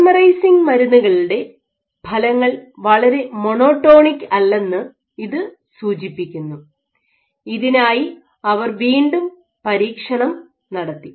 polymerising മരുന്നുകളുടെ ഫലങ്ങൾ വളരെ മോണോടോണിക് അല്ലെന്ന് ഇത് സൂചിപ്പിക്കുന്നു ഇതിനായി അവർ വീണ്ടും പരീക്ഷണം നടത്തി